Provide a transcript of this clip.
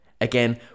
Again